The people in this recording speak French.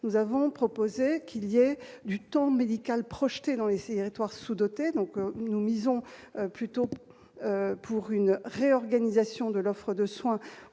nous avons proposé qu'il y avait du temps médical projetés dans les séries Touaregs sous-dotées, donc nous misons plutôt pour une réorganisation de l'offre de soins